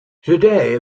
today